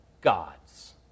gods